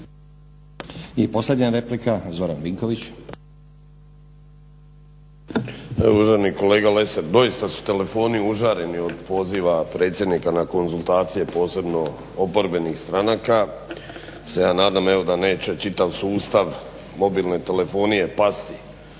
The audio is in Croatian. **Vinković, Zoran (HDSSB)** Uvaženi kolega Lesar doista su telefoni užareni od poziva predsjednika na konzultacije posebno oporbenih stranaka, pa se ja nadam da neće čitav sustav mobilne telefonije pasti,